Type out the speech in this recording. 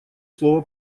слово